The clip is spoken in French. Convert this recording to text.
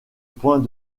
point